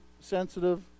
sensitive